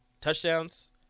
touchdowns